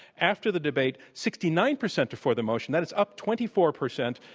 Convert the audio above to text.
after the debate, sixty nine percent are for the motion. that is up twenty four percent.